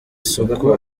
isuku